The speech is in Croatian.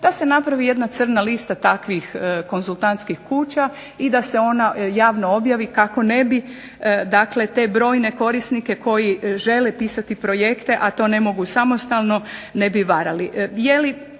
da se napravi jedna crna lista takvih konzultantskih kuća i da se ona javno objavi kako ne bi te brojne korisnike koji žele pisati projekte, a to ne mogu samostalno, ne bi varali.